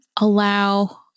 allow